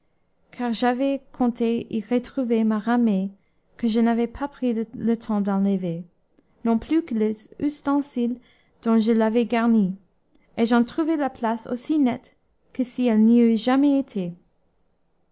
car j'avais compté y retrouver ma ramée que je n'avais pas pris le temps d'enlever non plus que les ustensiles dont je l'avais garnie et j'en trouvai la place aussi nette que si elle n'y eut jamais été